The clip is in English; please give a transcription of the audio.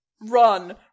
Run